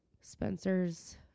Spencer's